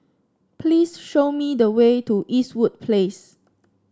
please show me the way to Eastwood Place